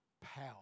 power